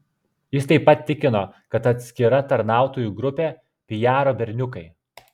jis taip pat tikino kad atskira tarnautojų grupė pijaro berniukai